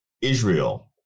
Israel